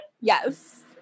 Yes